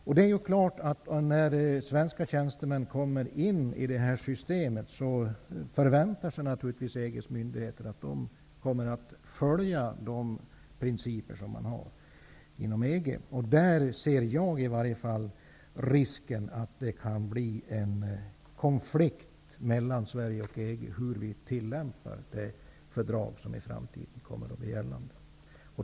När svenska tjänstemän kommer in i systemet förväntar sig naturligtvis EG:s myndigheter att de kommer att följa de principer som finns inom EG. Där ser jag i varje fall en risk för att det kan bli en konflikt mellan Sverige och EG om hur vi tillämpar de fördrag som i framtiden kommer att bli gällande.